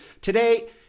Today